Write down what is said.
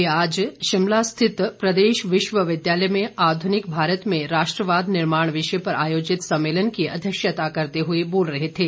वे आज शिमला स्थित प्रदेश विश्वविद्यालय में आध्निक भारत में राष्ट्रवाद निर्माण विषय पर आयोजित सम्मेलन की अध्यक्षता करते हुए बोल रहे थे